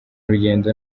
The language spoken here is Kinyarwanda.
urugendo